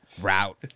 route